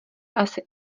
asi